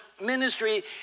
ministry